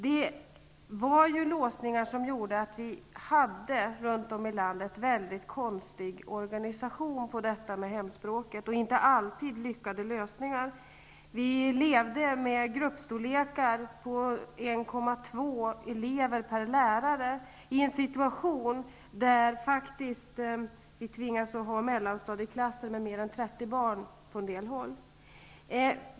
Det finns ju låsningar som har medfört att det runt om i landet har varit en väldigt konstig organisation på hemspråksundervisningen. Lösningarna var inte alltid så lyckade. Det kunde vara gruppstorlekar på 1,2 elever per lärare i en situation där man på en del håll faktiskt tvingades att ha mellanstadieklasser med fler än 30 elever per lärare.